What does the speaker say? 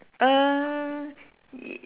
uh y~